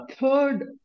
Third